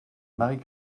marie